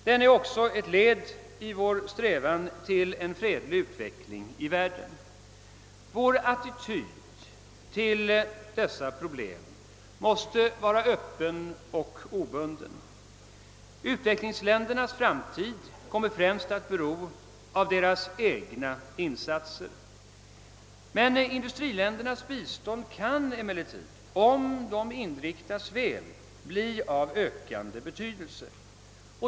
Den är också ett led i vår strävan till en fredlig utveckling i världen. Vår attityd till dessa problem måste vara öppen och obunden. Utvecklingsländernas framtid kommer främst att bero av deras egna insatser. Men industriländernas bistånd kan, om det inriktas väl, bli av ökande betydelse.